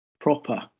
proper